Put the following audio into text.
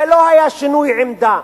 זה לא היה שינוי עמדה.